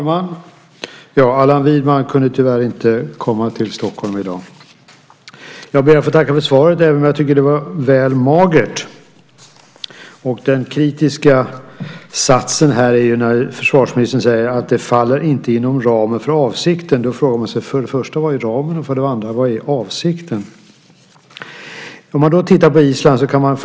Fru talman! Allan Widman kunde tyvärr inte komma till Stockholm i dag. Jag ber att få tacka för svaret, även om jag tycker att det var väl magert. Den kritiska satsen här är när försvarsministern säger: "faller inte inom ramen för avsikten". Då frågar man sig för det första: Vad är ramen? För det andra frågar man sig: Vad är avsikten?